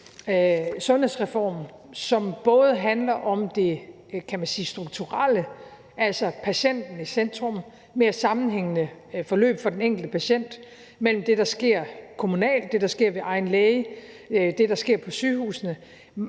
sundhedsreform, som også handler om det strukturelle, kan man sige, altså patienten i centrum, mere sammenhængende forløb for den enkelte patient i forhold til det, der sker kommunalt, ved egen læge og på sygehusene,